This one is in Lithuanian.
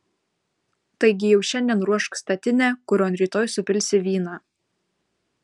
taigi jau šiandien ruošk statinę kurion rytoj supilsi vyną